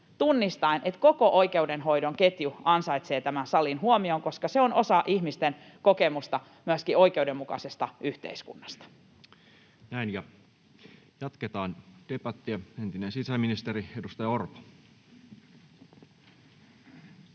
tunnistaen, että koko oikeudenhoidon ketju ansaitsee tämän salin huomion, koska se on osa ihmisten kokemusta myöskin oikeudenmukaisesta yhteiskunnasta. Näin. Ja jatketaan debattia. — Entinen sisäministeri, edustaja Orpo.